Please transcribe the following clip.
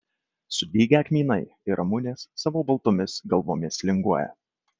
sudygę kmynai ir ramunės savo baltomis galvomis linguoja